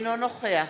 אינו נוכח